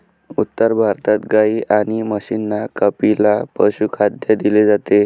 उत्तर भारतात गाई आणि म्हशींना कपिला पशुखाद्य दिले जाते